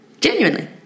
Genuinely